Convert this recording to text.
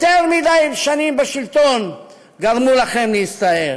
יותר מדי שנים בשלטון גרמו לכם להסתאב.